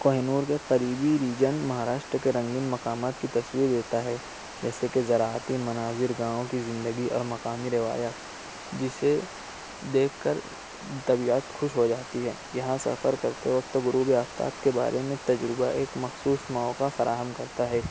کوہ نور کے قریبی ریجن مہاراشٹر کے رنگین مقامات کی تصویر دیتا ہے جیسے کہ ذراعتی مناظر گاؤں کی زندگی اور مقامی روایت جسے دیکھ کر طبعیت خوش ہو جاتی ہے یہاں سفر کرتے وقت غروب آفتاب کے بارے میں تجربہ ایک مخصوص موقع فراہم کرتا ہے